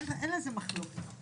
אין על זה מחלוקת.